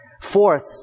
Fourth